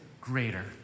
greater